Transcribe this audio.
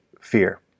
fear